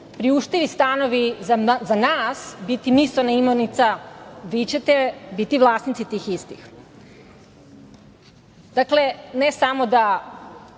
priuštivi stanovi za nas biti misaona imenica, a vi ćete biti vlasnici tih istih. Dakle, ne samo da